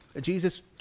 Jesus